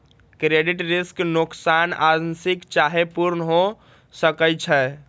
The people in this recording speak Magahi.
क्रेडिट रिस्क नोकसान आंशिक चाहे पूर्ण हो सकइ छै